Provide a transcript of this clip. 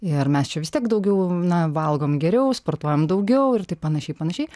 ir mes čia vis tiek daugiau na valgom geriau sportuojam daugiau ir taip panašiai panašiai